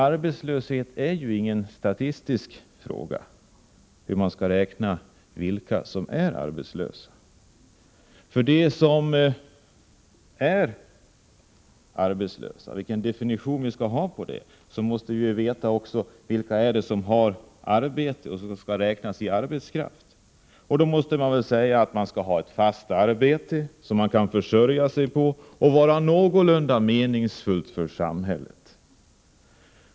Arbetslöshet är ingen statistisk fråga, hur man skall räkna vilka som är arbetslösa. Men för att bestämma vilken definition av arbetslöshet vi skall använda måste vi också veta vilka det är som har arbete och skall räknas till arbetskraften. Då måste man väl säga att de skall ha ett fast arbete som de kan försörja sig på och som är någorlunda meningsfullt för samhället.